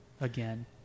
again